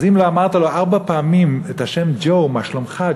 אז אם לא אמרת לו ארבע פעמים את השם ג'ו: מה שלומך,